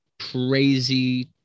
crazy